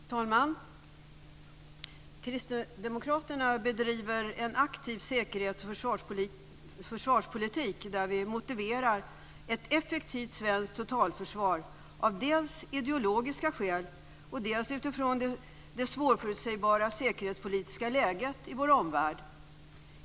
Fru talman! Kristdemokraterna bedriver en aktiv säkerhets och försvarspolitik där vi motiverar ett effektivt svenskt totalförsvar dels av ideologiska skäl, dels utifrån det svårförutsebara säkerhetspolitiska läget i vår omvärld.